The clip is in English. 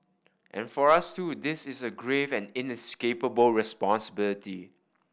and for us too this is a grave and inescapable responsibility